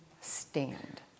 stand